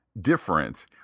different